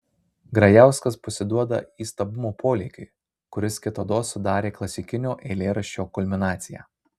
grajauskas pasiduoda įstabumo polėkiui kuris kitados sudarė klasikinio eilėraščio kulminaciją